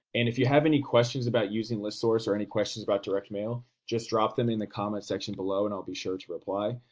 and if you have any questions about using listsource or any questions about direct mail, just drop them in the comments section below and i'll be sure to reply.